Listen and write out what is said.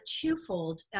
twofold